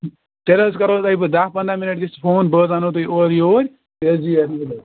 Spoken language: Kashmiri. تیٚلہِ حظ کرو تۄہہِ بہٕ دَہ پَنٛداہ مِنَٹ گٔژھِتھ فون بہٕ حظ اَنو تُہۍ اورٕ یوٗرۍ یہِ حظ یہِ